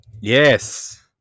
Yes